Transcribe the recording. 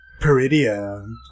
Peridia